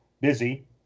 busy